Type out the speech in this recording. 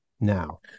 now